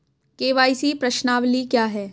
KYC प्रश्नावली क्या है?